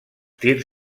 tirs